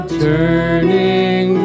turning